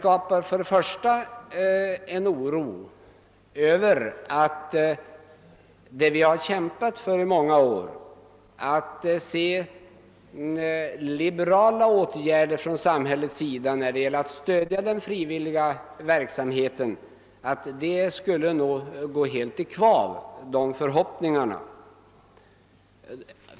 De är oroliga över att de önskemål som vi har kämpat för i många år om åtgärder i liberaliserande riktning för att underlätta frivilligverksamheten skulle gå helt i kvav.